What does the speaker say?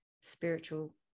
spiritual